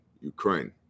ukraine